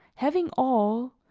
having all,